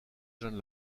jeune